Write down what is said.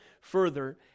further